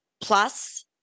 plus